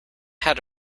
had